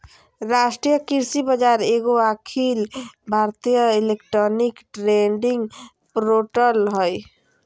राष्ट्रीय कृषि बाजार एगो अखिल भारतीय इलेक्ट्रॉनिक ट्रेडिंग पोर्टल हइ